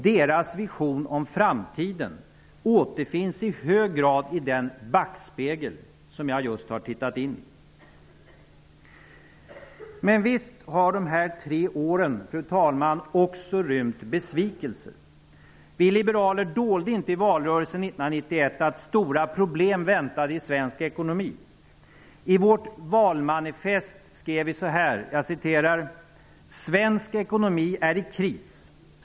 Deras vision om framtiden återfinns i hög grad i den backspegel som jag just har tittat i. Men visst har de här tre åren också rymt besvikelser. Vi liberaler dolde inte i valrörelsen 1991 att stora problem väntade i svensk ekonomi. I vårt valmanifest skrev vi: ''Svensk ekonomi är i kris.